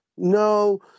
No